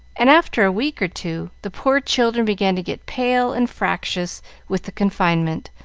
and after a week or two the poor children began to get pale and fractious with the confinement,